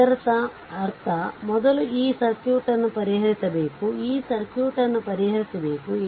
ಇದರರ್ಥ ಮೊದಲು ಈ ಸರ್ಕ್ಯೂಟ್ ಅನ್ನು ಪರಿಹರಿಸಬೇಕು ಈ ಸರ್ಕ್ಯೂಟ್ ಅನ್ನು ಪರಿಹರಿಸಬೇಕು